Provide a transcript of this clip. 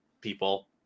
people